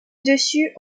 dessus